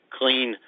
clean